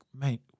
mate